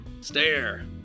Stare